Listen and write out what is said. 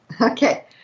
Okay